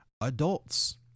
adults